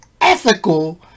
ethical